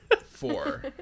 four